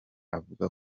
avuga